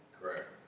Correct